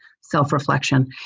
self-reflection